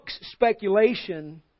speculation